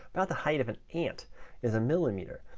about the height of an ant is a millimeter.